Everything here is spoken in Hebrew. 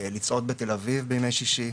לצעוד בתל אביב בימי שישי,